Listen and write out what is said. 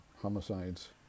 homicides